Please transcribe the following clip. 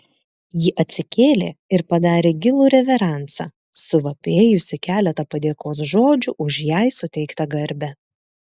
ji atsikėlė ir padarė gilų reveransą suvapėjusi keletą padėkos žodžių už jai suteiktą garbę